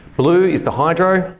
blue is the hydro.